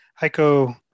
Heiko